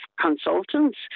consultants